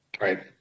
Right